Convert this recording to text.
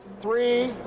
three,